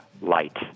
light